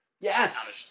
Yes